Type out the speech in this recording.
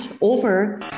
over